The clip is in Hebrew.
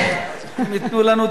סוף המושב אציג אותו לשנייה והשלישית.